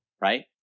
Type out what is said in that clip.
right